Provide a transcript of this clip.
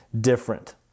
different